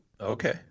okay